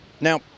Now